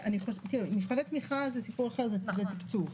תראי, מבחני תמיכה זה סיפור אחר, זה תקצוב.